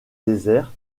désert